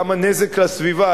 כמה נזק לסביבה,